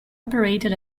operated